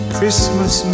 Christmas